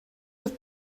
with